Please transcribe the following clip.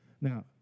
Now